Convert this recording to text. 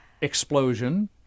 explosion